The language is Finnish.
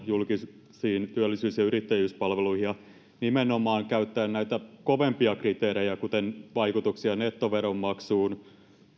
julkisiin työllisyys ja yrittäjyyspalveluihin ja nimenomaan käyttää näitä kovempia kriteerejä kuten vaikutuksia nettoveronmaksuun